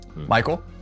Michael